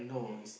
mm